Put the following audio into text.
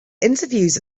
interviews